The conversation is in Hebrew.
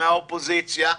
מהאופוזיציה,